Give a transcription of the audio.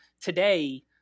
today